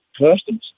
customs